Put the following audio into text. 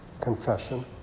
confession